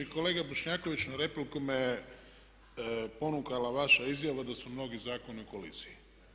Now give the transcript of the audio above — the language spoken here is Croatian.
Kolega Bošnjaković na repliku me ponukala vaša izjava da su mnogi zakoni u koliziji.